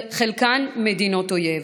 חלקן מדינות אויב.